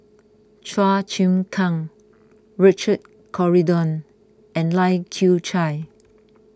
Chua Chim Kang Richard Corridon and Lai Kew Chai